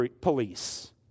police